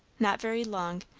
not very long,